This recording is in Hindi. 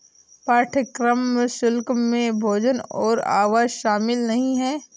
पाठ्यक्रम शुल्क में भोजन और आवास शामिल नहीं है